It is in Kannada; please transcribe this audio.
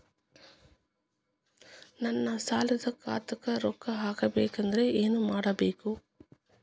ನನ್ನ ಸಾಲದ ಖಾತಾಕ್ ರೊಕ್ಕ ಹಾಕ್ಬೇಕಂದ್ರೆ ಏನ್ ಮಾಡಬೇಕು?